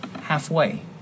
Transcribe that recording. halfway